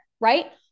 right